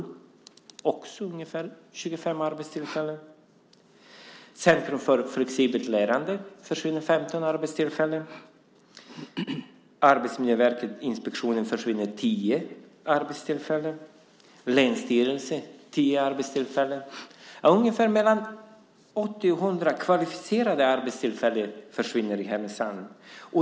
Också där handlar det om ungefär 25 arbetstillfällen. Vid Centrum för flexibelt lärande försvinner 15 arbetstillfällen. Vid Arbetsmiljöinspektionen försvinner 10 arbetstillfällen och vid länsstyrelsen 10 arbetstillfällen. Ungefär 80-100 kvalificerade arbetstillfällen försvinner i Härnösand.